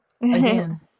again